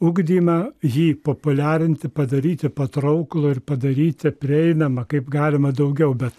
ugdymą jį populiarinti padaryti patrauklų ir padaryti prieinamą kaip galima daugiau bet